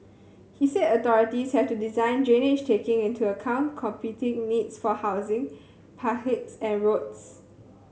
he said authorities have to design drainage taking into account competing needs for housing and roads